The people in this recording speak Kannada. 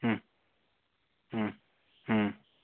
ಹ್ಞೂ ಹ್ಞೂ ಹ್ಞೂ